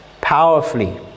powerfully